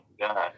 God